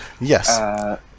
Yes